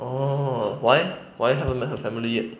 orh why why haven't met her family yet